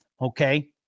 Okay